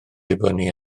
dibynnu